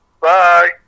Bye